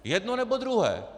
Jedno, nebo druhé.